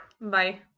Bye